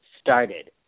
started